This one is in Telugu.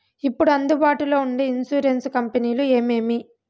ఇప్పుడు అందుబాటులో ఉండే ఇన్సూరెన్సు కంపెనీలు ఏమేమి?